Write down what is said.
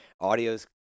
audio's